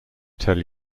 tell